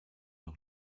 noch